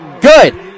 good